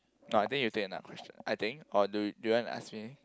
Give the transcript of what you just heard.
no I think you take another question I think or do you do you want to ask me